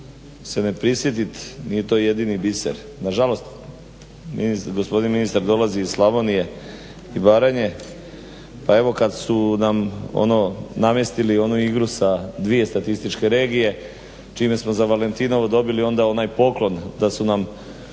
se ne prisjetiti nije to jedini biser. Nažalost, gospodin ministar dolazi iz Slavonije i Baranje pa evo kad su nam ono namjestili onu igru sa dvije statističke regije čime smo za Valentinovo dobili onda onaj poklon da su nam